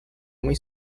muy